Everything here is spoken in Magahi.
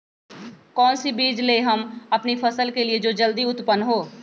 कौन सी बीज ले हम अपनी फसल के लिए जो जल्दी उत्पन हो?